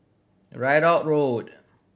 Ridout Road